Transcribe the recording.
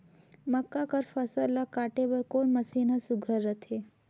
मक्का कर फसल ला काटे बर कोन मशीन ह सुघ्घर रथे?